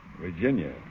Virginia